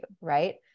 right